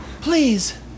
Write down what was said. Please